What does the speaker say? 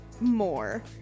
more